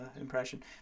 impression